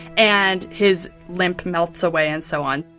and his limp melts away and so on